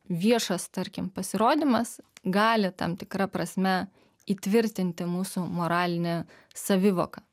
viešas tarkim pasirodymas gali tam tikra prasme įtvirtinti mūsų moralinę savivoką